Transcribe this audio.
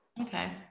Okay